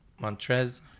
Montrez